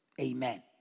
Amen